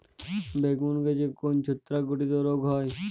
বেগুন গাছে কোন ছত্রাক ঘটিত রোগ হয়?